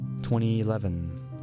2011